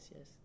Yes